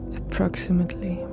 approximately